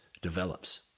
develops